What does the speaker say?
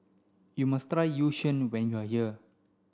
you must Yu Sheng when you are here